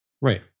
Right